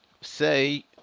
say